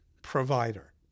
provider